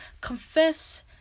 confess